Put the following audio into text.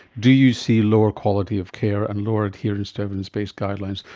do you see lower quality of care and lower adherence to evidence-based guidelines?